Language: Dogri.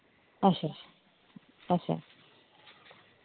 अच्छा अच्छा